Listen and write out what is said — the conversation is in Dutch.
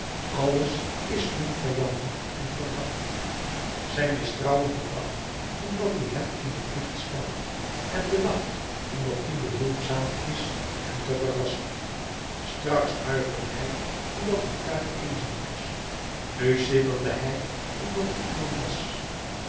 alles is hun vijandig en verdacht zij mistrouwen den dag omdat die hen in t licht stelt en den nacht omdat die behulpzaam is hen te verrassen straks huiverde hij omdat de tuin eenzaam was nu sidderde hij omdat er iemand was